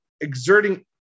exerting